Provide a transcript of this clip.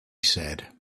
said